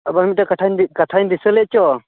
ᱟᱵᱟᱨ ᱢᱤᱫᱴᱟᱹᱝ ᱠᱟᱛᱷᱟᱧ ᱫᱤ ᱠᱟᱛᱷᱟ ᱧ ᱫᱤᱥᱟᱹᱞᱮᱫ ᱪᱚ